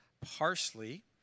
parsley